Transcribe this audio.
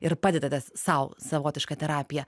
ir padedate sau savotiška terapija